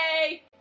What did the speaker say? Yay